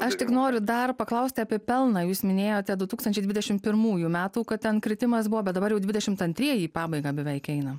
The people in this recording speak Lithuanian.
aš tik noriu dar paklausti apie pelną jūs minėjote du tūkstančiai dvidešim pirmųjų metų kad ten kritimas buvo bet dabar jau dvidešimt antrieji į pabaigą beveik eina